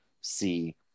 see